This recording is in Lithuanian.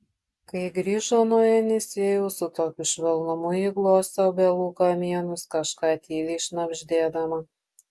kai grįžo nuo jenisejaus su kokiu švelnumu ji glostė obelų kamienus kažką tyliai šnabždėdama